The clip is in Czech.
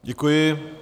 Děkuji.